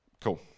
Cool